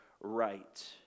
right